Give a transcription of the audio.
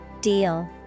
Deal